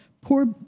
poor